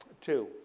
Two